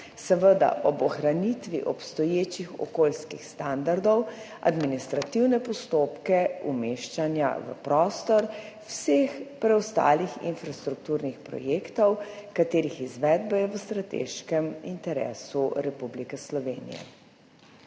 seveda ob ohranitvi obstoječih okoljskih standardov, administrativne postopke umeščanja v prostor vseh preostalih infrastrukturnih projektov, katerih izvedba je v strateškem interesu Republike Slovenije.